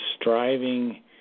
Striving